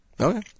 Okay